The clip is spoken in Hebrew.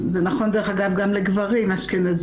זה נכון דרך אגב גם לגברים אשכנזים,